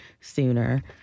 sooner